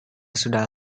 sudah